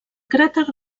cràter